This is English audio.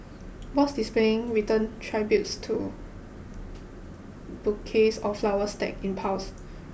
boards displaying written tributes to bouquets of flowers stacked in piles